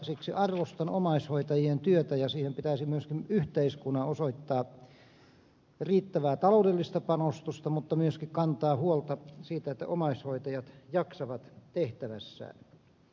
siksi arvostan omaishoitajien työtä ja siihen pitäisi myöskin yhteiskunnan osoittaa riittävää taloudellista panostusta mutta myöskin kantaa huolta siitä että omaishoitajat jaksavat tehtävässään